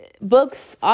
books